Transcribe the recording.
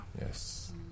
Yes